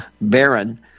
Baron